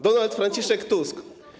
Donald Franciszek Tusk.